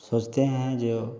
सोचते हैं जो